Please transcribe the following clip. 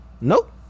Nope